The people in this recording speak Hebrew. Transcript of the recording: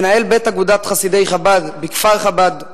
מנהל בית אגודת חסידי חב"ד בכפר חב"ד,